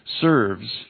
serves